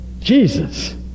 Jesus